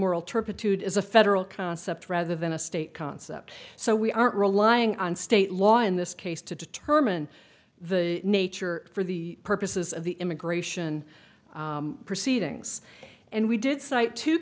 turpitude is a federal concept rather than a state concept so we aren't relying on state law in this case to determine the nature for the purposes of the immigration proceedings and we did cite two